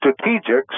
strategics